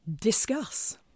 Discuss